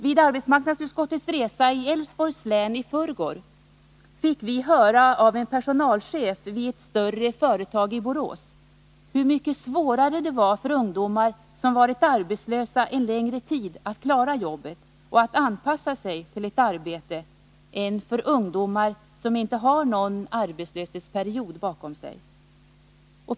Vid arbetsmarknadsutskottets resa i Älvsborgs län i förrgår fick vi höra av en personalchef vid ett större företag i Borås, hur mycket svårare det var för ungdomar som varit arbetslösa en längre tid att klara jobbet och anpassa sig till ett arbete än för ungdomar som inte har någon arbetslöshetsperiod bakom sig.